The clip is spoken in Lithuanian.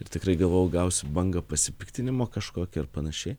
ir tikrai galvojau gausiu bangą pasipiktinimo kažkokio ar panašiai